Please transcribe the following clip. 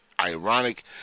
ironic